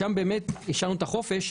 שם באמת השארנו את החופש.